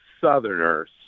Southerners